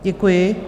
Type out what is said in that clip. Děkuji.